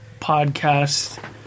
podcast